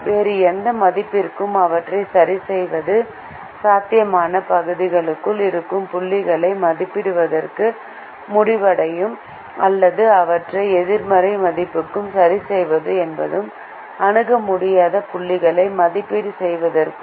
வேறு எந்த மதிப்பிற்கும் அவற்றை சரிசெய்வது சாத்தியமான பகுதிக்குள் இருக்கும் புள்ளிகளை மதிப்பிடுவதற்கு முடிவடையும் அல்லது அவற்றை எதிர்மறை மதிப்புகளுக்கு சரிசெய்வது என்பது அணுக முடியாத புள்ளிகளை மதிப்பீடு செய்வதாகும்